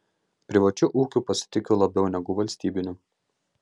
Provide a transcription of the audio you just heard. privačiu ūkiu pasitikiu labiau negu valstybiniu